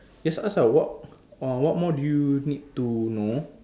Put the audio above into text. just ask ah what uh what more do you need to know